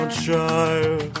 child